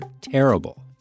terrible